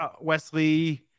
Wesley